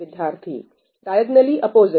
विद्यार्थी diagonally opposite